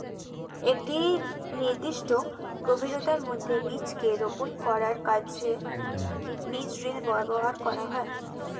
একটি নির্দিষ্ট গভীরতার মধ্যে বীজকে রোপন করার কাজে বীজ ড্রিল ব্যবহার করা হয়